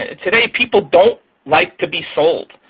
ah today people don't like to be sold.